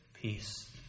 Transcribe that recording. peace